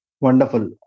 Wonderful